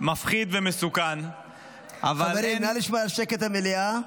מפחיד ומסוכן -- חברים, נא לשמור על שקט במליאה.